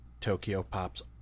Tokyopop's